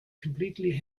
completely